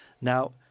Now